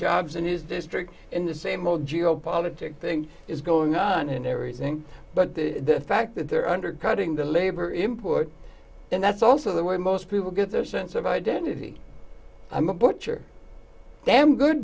jobs in his district in the same old geo politics thing is going on in everything but the fact that they're undercutting the labor import and that's also the way most people get their sense of identity i'm a butcher damn good